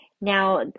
now